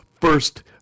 first